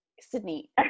Sydney